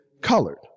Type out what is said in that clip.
colored